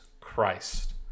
Christ